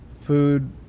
food